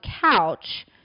couch